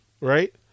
Right